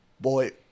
Boy